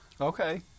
Okay